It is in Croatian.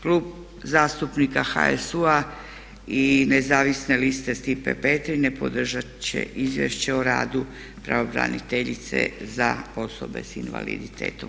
Klub zastupnika HSU-a i nezavisne liste Stipe Petrine podržat će Izvješće o radu pravobraniteljice za osobe s invaliditetom.